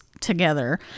together